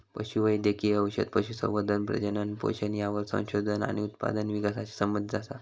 पशु वैद्यकिय औषध, पशुसंवर्धन, प्रजनन, पोषण यावर संशोधन आणि उत्पादन विकासाशी संबंधीत असा